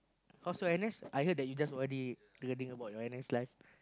oh so I next I heard that you just O_R_D regarding about your N_S life